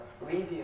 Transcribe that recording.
review